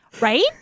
right